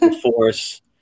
force